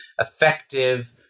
effective